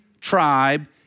tribe